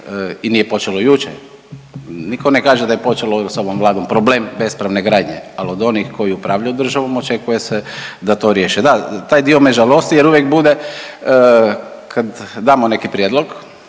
i nije počelo jučer. Nitko ne kaže da je počelo sa ovom Vladom problem bespravne gradnje. Ali od onih koji upravljaju državom očekuje se da to riješe. Da taj dio me žalosti jer uvijek bude kada damo neki prijedlog,